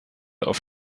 auf